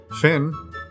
finn